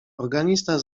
organista